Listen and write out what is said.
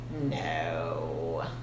No